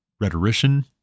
rhetorician